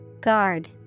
Guard